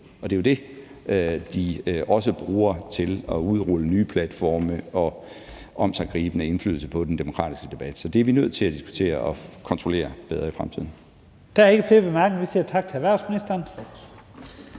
og det er jo den, de også bruger til at udrulle nye platforme og få omsiggribende indflydelse på den demokratiske debat. Så det er vi nødt til at diskutere og nødt til at kontrollere bedre i fremtiden. Kl. 15:18 Første næstformand (Leif Lahn Jensen):